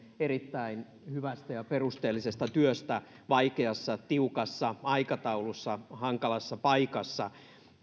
erittäin hyvästä ja perusteellisesta työstä vaikeassa tiukassa aikataulussa hankalassa paikassa